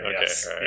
yes